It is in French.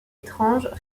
étranges